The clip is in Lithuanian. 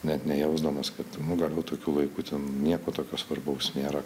net nejausdamas kad galbūt tokiu laiku ten nieko tokio svarbaus nėra